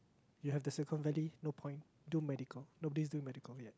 you have the Silicon-Valley no point do medical nobody is doing medical yet